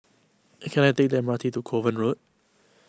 can I take the M R T to Kovan Road